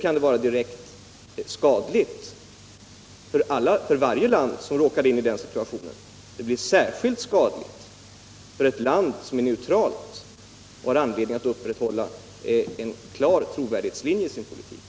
Sådana missförstånd är skadliga för varje land som råkar in i den situationen, men de blir särskilt skadliga för ett neutralt land som måste upprätthålla en klar trovärdighetslinje i sin politik.